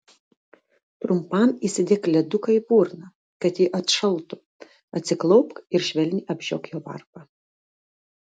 trumpam įsidėk leduką į burną kad ji atšaltų atsiklaupk ir švelniai apžiok jo varpą